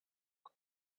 but